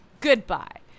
Goodbye